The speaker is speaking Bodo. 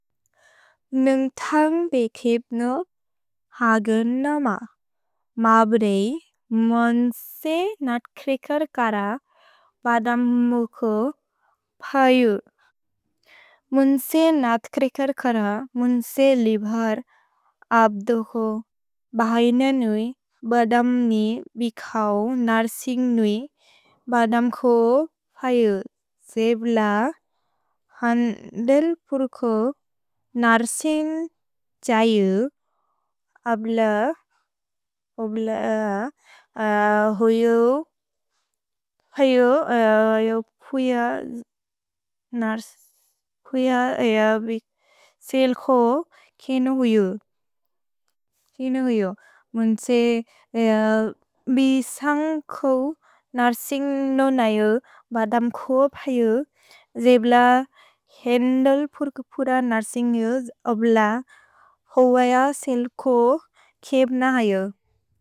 नुन्ग् थन्ग् बेखेप्नोप् हगन् नम। मब्रेइ मुन्से नथ्क्रेकर्कर बदम् मुको फयु। मुन्से नथ्क्रेकर्कर मुन्से लिभर् अब्दोहो। भहय्नेनुइ बदम्नि बिखओ नर्सिन्ग्नुइ बदम्को फयु। त्सेब्ल हन् देल्पुर्को नर्सिन्ग् त्स्ययु। अब्ल, अब्ल होयो, होयो अयो पुय नर्सिन्ग्। पुय अयो सेल्को किनु हुयु। किनु हुयु। मुन्से बिसन्ग् को नर्सिन्ग् नोनयो बदम्को फयु। त्सेब्ल हन् देल्पुर्को पुर नर्सिन्ग् यु। अब्ल, होयो सेल्को खेब्न अयो।